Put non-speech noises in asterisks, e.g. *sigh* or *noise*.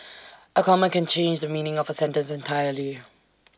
*noise* A comma can change the meaning of A sentence entirely